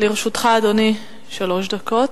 לרשותך שלוש דקות,